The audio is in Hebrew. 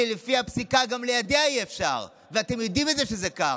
לפי הפסיקה גם ליידע אי-אפשר, ואתם יודעים שזה כך.